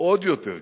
עוד יותר כיוון.